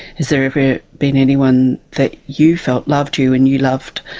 has there ever been anyone that you felt loved you and you loved?